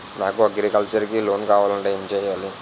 నాకు అగ్రికల్చర్ కి లోన్ కావాలంటే ఏం చేయాలి?